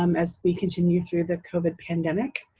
um as we continue through the covid pandemic.